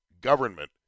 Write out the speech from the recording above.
government